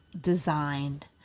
designed